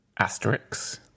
Asterix